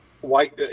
white